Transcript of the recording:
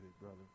brother